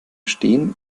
stehen